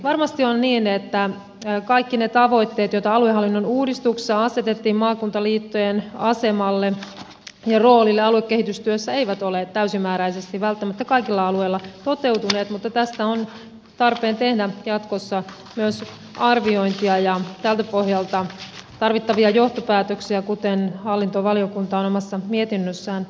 varmasti on niin että kaikki ne tavoitteet joita aluehallinnon uudistuksessa asetettiin maakuntaliittojen asemalle ja roolille aluekehitystyössä eivät ole täysimääräisesti välttämättä kaikilla alueilla toteutuneet mutta tästä on tarpeen tehdä jatkossa myös arviointia ja tältä pohjalta tarvittavia johtopäätöksiä kuten hallintovaliokunta on omassa mietinnössään nostanut esiin